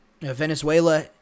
Venezuela